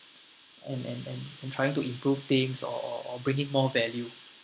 and and and and trying to improve things or or or bring in more value